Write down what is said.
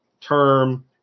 term